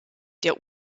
der